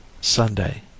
Sunday